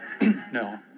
no